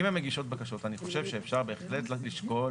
אם הן מגישות בקשות, אני חושב שבהחלט אפשר לשקול